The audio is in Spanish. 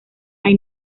hay